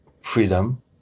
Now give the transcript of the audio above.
freedom